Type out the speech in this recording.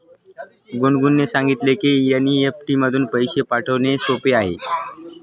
गुनगुनने सांगितले की एन.ई.एफ.टी मधून पैसे पाठवणे सोपे आहे